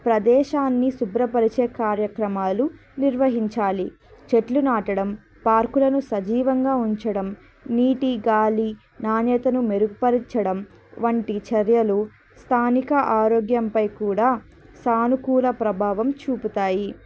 ప్రదేశాన్ని శుభ్రపరిచే కార్యక్రమాలు నిర్వహించాలి చెట్లు నాటడం పార్కులను సజీవంగా ఉంచడం నీటి గాలి నాణ్యతను మెరుగుపరచడం వంటి చర్యలు స్థానిక ఆరోగ్యంపై కూడా సానుకూల ప్రభావం చూపుతాయి